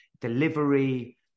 delivery